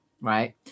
right